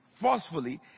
forcefully